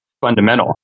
fundamental